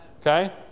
Okay